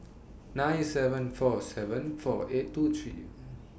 nine seven four seven four eight two three